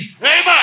Amen